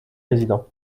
président